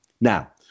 Now